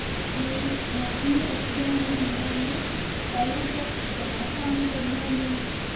जे Maggi अस बनाने कि'यां होन्ने पैह्लें ते अस गैस आन करने होन्ने